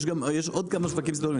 יש גם עוד כמה שווקים סיטונאים.